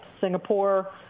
Singapore